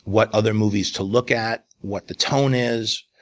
what other movies to look at, what the tone is,